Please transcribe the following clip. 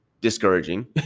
discouraging